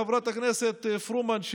חברת הכנסת פרומן,